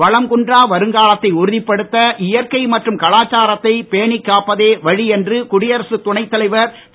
வளங்குன்றா வருங்காலத்தை உறுதிப்படுத்த இயற்கை மற்றும் கலாச்சாரத்தை பேணிக்காப்பதே வழி என்று குடியரசுத் துணைத் தலைவர் திரு